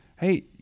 Hey